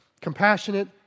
compassionate